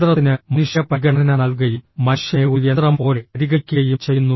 യന്ത്രത്തിന് മനുഷ്യ പരിഗണന നൽകുകയും മനുഷ്യനെ ഒരു യന്ത്രം പോലെ പരിഗണിക്കുകയും ചെയ്യുന്നു